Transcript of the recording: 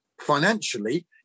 financially